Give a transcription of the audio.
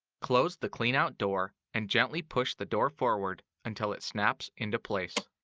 close the cleanout door and gently push the door forward until it snaps into place.